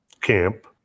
camp